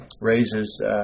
raises